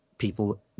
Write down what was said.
people